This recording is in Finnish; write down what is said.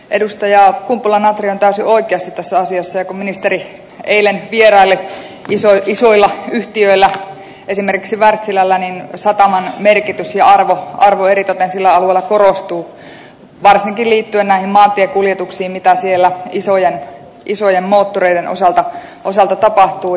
edustaja kumpula natri on täysin oikeassa tässä asiassa ja kun ministeri eilen vieraili isoilla yhtiöillä esimerkiksi wärtsilällä niin sataman merkitys ja arvo eritoten sillä alueella korostuu varsinkin liittyen näihin maantiekuljetuksiin mitä siellä isojen moottoreiden osalta tapahtuu